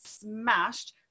smashed